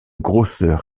grosseur